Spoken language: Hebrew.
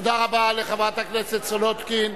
תודה רבה לחברת הכנסת סולודקין.